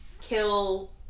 kill